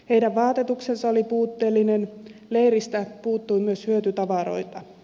heidän vaatetuksensa oli puutteellinen leiristä puuttui myös hyötytavaroita